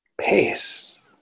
pace